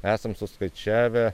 esam suskaičiavę